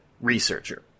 researcher